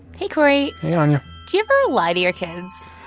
hey, corey hey, anya do you ever lie to your kids?